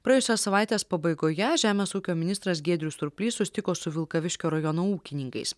praėjusios savaitės pabaigoje žemės ūkio ministras giedrius surplys susitiko su vilkaviškio rajono ūkininkais